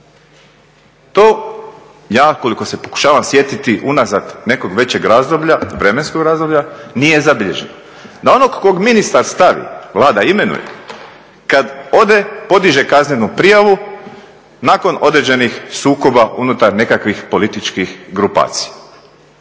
To ja koliko se pokušavam sjetiti unazad nekog većeg vremenskog razdoblja nije zabilježeno. Na onog kog ministar stavi Vlada imenuje kada ode podiže kaznenu prijavu, nakon određenih sukoba unutar nekakvih političkih grupacija.